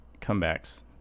comebacks